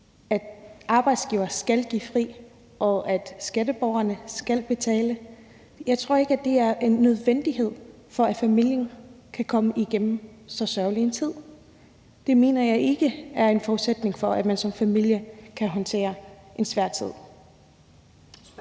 at arbejdsgiverne skal give de ansatte fri, og at skatteborgerne skal betale. Jeg tror ikke, at det er en nødvendighed for, at familien kan komme igennem så sørgelig en tid. Det mener jeg ikke er en forudsætning for, at man som familie kan håndtere en svær tid.